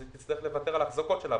אז היא תצטרך לוותר על האחזקות שלה,